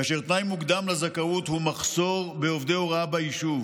כאשר תנאי מוקדם לזכאות הוא מחסור בעובדי הוראה ביישוב